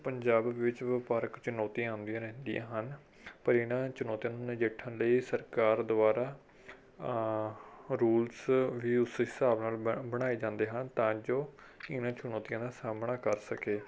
ਪੰਜਾਬ ਵਿੱਚ ਵਪਾਰਕ ਚੁਣੌਤੀਆਂ ਆਉਂਦੀਆਂ ਰਹਿੰਦੀਆਂ ਹਨ ਪਰ ਇਨ੍ਹਾਂ ਚੁਣੌਤੀਆਂ ਨੂੰ ਨਜਿੱਠਣ ਲਈ ਸਰਕਾਰ ਦੁਆਰਾ ਰੁਲਜ਼ ਵੀ ਉਸ ਹਿਸਾਬ ਨਾਲ ਬ ਬਣਾਏ ਜਾਂਦੇ ਹਨ ਤਾਂ ਜੋ ਕਿਵੇਂ ਚੁਣੌਤੀਆਂ ਦਾ ਸਾਹਮਣਾ ਕਰ ਸਕੇ